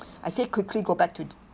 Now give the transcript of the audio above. I said quickly go back to